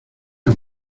han